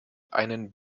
einen